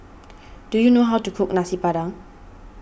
do you know how to cook Nasi Padang